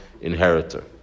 inheritor